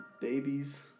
babies